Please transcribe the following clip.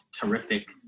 terrific